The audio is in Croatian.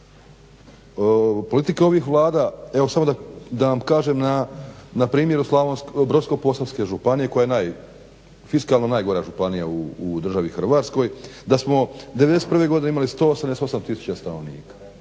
Politika ovih Vlada, evo samo da vam kažem na primjeru Brodsko-posavske županije koja je fiskalno najgora županija u državi Hrvatskoj, da smo '91. godine imali 188000 stanovnika,